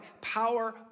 power